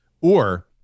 Or-